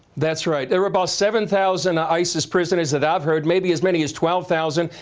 that's right. there are about seven thousand ah isis prisoners that i have heard, maybe as many as twelve thousand,